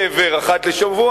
אחת לשבוע.